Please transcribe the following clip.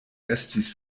estis